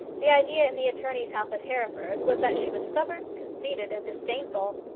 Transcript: the idea in the attorney's house at hereford was that she was stubborn, conceited, and disdainful.